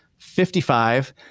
55